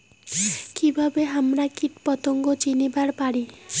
কিভাবে হামরা কীটপতঙ্গ চিনিবার পারি?